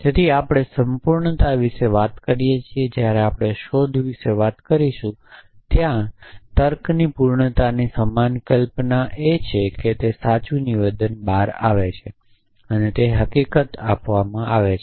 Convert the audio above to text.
તેથી આપણે સંપૂર્ણતા વિશે વાત કરીએ છીએ જ્યારે આપણે શોધ વિશે વાત કરીશું ત્યાં તર્કની પૂર્ણતાની સમાન કલ્પના એ છે કે તે સાચું નિવેદન બહાર આવે છે તે હકીકત આપવામાં આવે છે